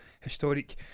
historic